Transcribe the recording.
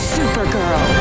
Supergirl